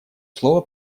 слово